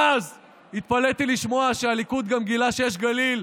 ואז התפלאתי לשמוע שהליכוד גם גילה שיש גליל,